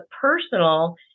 personal